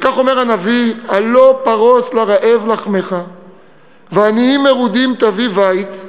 וכך אומר הנביא: "הלוא פָרֹס לרעב לחמך ועניים מרודים תביא בית.